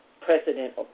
President